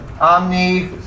Omni